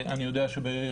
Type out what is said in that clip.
אני יודע שבחיפה,